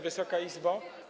Wysoka Izbo!